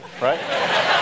Right